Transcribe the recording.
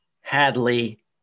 hadley